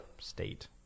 state